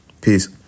Peace